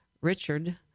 Richard